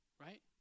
right